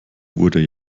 wurde